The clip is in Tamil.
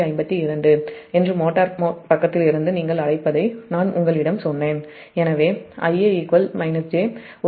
252 என்று மோட்டார் பக்கத்திலிருந்து நீங்கள் அழைப்பதை நான் உங்களிடம் சொன்னேன்